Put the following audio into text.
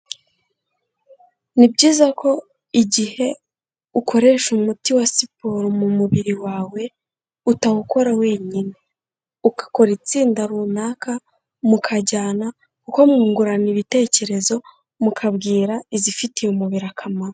Ni byiza ko igihe ukoresha umuti wa siporo mu mubiri wawe, utawukora wenyine. Ukakora itsinda runaka, mukajyana, kuko mwungurana ibitekerezo, mukabwira izifitiye umubiri akamaro.